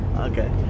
Okay